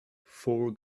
four